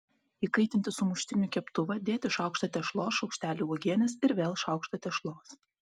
įkaitinti sumuštinių keptuvą dėti šaukštą tešlos šaukštelį uogienės ir vėl šaukštą tešlos